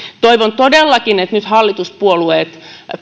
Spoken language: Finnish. toivon todellakin että nyt hallituspuolueet